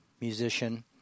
musician